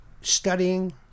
Studying